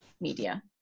Media